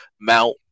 Mount